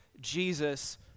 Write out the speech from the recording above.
Jesus